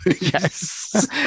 yes